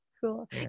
Cool